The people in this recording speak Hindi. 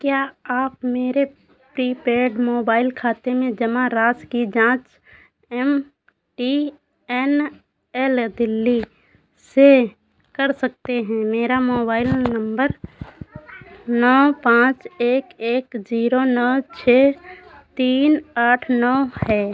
क्या आप मेरे प्रीपेड मोबाइल खाते में जमा राशि की जाँच M T N L Delhi से कर सकते हैं मेरा मोबाइल नम्बर नौ पाँच एक एक ज़ीरो नौ छह तीन आठ नौ है